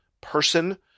person